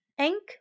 Ink